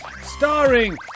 starring